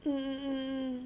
um